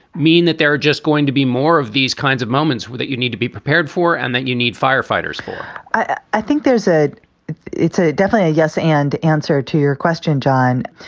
mean that there are just going to be more of these kinds of moments that you need to be prepared for and that you need firefighters i think there's ah it's a definitely a yes. and answer to your question, john,